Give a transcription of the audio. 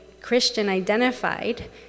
Christian-identified